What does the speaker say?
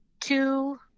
two